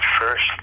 first